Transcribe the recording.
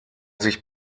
sich